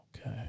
Okay